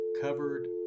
covered